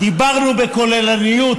דיברנו בכוללנות,